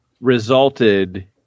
resulted